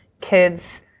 kids